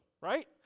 right